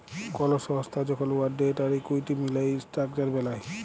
call সংস্থা যখল where debt আর ইকুইটি মিলায় ইসট্রাকচার বেলায়